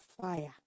fire